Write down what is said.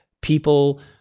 people